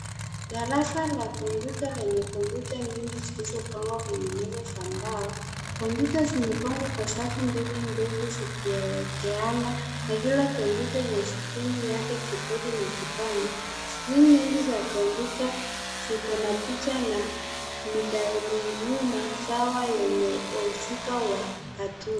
Darasa la kompyuta lenye kompyuta nyingi zilipangwa kwenye meza za mbao. Kompyuta zimepangwa kwenye safu mbili ndefu zikielekeana. Kila kompyuta ina skrini yake, kobodi na kipanya. Skrini nyingi za kompyuta ziko na picha na midhaluluma sawa yenye wahusika wa cartoon .